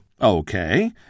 Okay